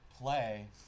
play